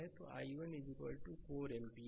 तो i1 4 ampere